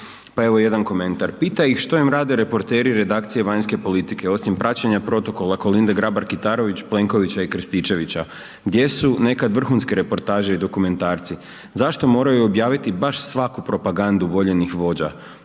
pa evo jedan komentar. Pita ih što im rade reporteri redakcije vanjske politike osim praćenja protokola Kolinde Grabar Kitarović, Plenkovića i Krstičevića? Gdje su nekad vrhunske reportaže i dokumentarci? Zašto moraju objaviti baš svaku propagandu voljenih vođa?